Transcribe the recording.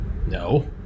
no